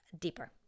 deeper